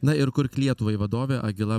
na ir kurk lietuvai vadovė agila